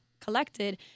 collected